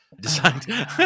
designed